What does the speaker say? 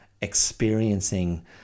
experiencing